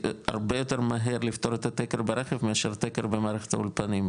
הרבה יותר מהר לפתור את התקר ברכב מאשר תקר במערכת האולפנים,